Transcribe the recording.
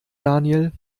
daniel